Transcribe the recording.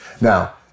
Now